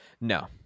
No